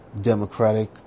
democratic